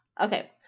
Okay